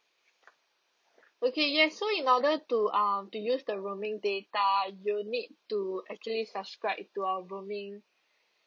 okay yes so in order to uh to use the rooming data you need to actually subscribe to our roaming